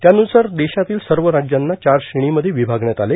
त्यानुसार देशातील सर्व राज्यांना चार श्रेणीमध्ये विभागण्यात आले